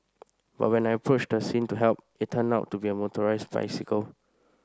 but when I approached the scene to help it turned out to be a motorised bicycle